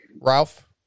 Ralph